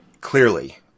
clearly